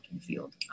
field